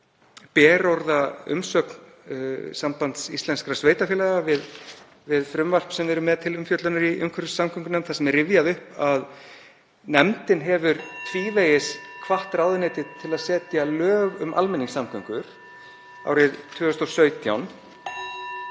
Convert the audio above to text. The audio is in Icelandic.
berorða umsögn Sambands íslenskra sveitarfélaga við frumvarp sem við erum með til umfjöllunar í umhverfis- og samgöngunefnd, þar sem er rifjað upp að nefndin hefur tvívegis (Forseti hringir.) hvatt ráðuneytið til að setja lög um almenningssamgöngur, árið 2017.